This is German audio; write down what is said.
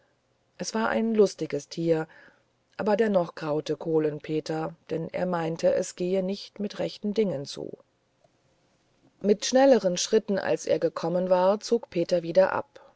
es war ein lustiges tier aber dennoch graute kohlen peter denn er meinte es gehe nicht mit rechten dingen zu mit schnelleren schritten als er gekommen war zog peter wieder ab